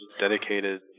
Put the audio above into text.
dedicated